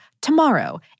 Tomorrow